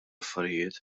affarijiet